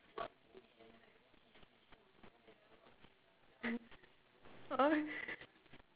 oh